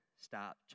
stop